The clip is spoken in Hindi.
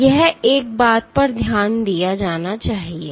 तो यह एक बात पर ध्यान दिया जाना चाहिए